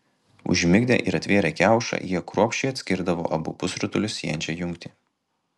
užmigdę ir atvėrę kiaušą jie kruopščiai atskirdavo abu pusrutulius siejančią jungtį